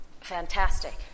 Fantastic